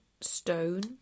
stone